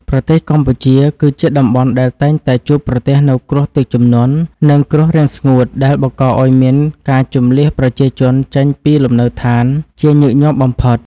ប្រទេសកម្ពុជា គឺជាតំបន់ដែលតែងតែជួបប្រទះនូវគ្រោះទឹកជំនន់ និងគ្រោះរាំងស្ងួតដែលបង្កឱ្យមានការជម្លៀសប្រជាជនចេញពីលំនៅឋានជាញឹកញាប់បំផុត។